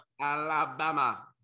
Alabama